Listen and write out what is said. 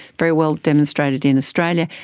very well demonstrated in australia,